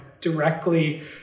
directly